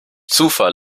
zufall